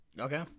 Okay